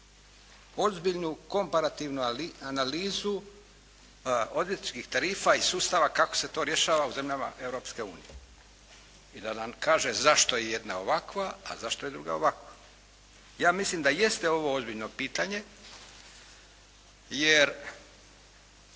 ozbiljnu komparativnu analizu odvjetničkih tarifa iz sustava kako se to rješava u zemljama Europske unije i da nam kaže zašto je jedna ovakva, a zašto je druga ovakva. Ja mislim da jeste ovo ozbiljno pitanje jer